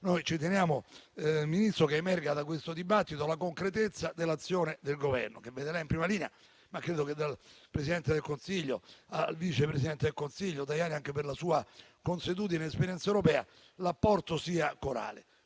noi teniamo al fatto che da questo dibattito emerga la concretezza dell'azione del Governo che vede lei in prima linea, ma credo che dal Presidente del Consiglio, al vice presidente del Consiglio, anche per la sua consuetudine ed esperienza europea, l'apporto sia corale.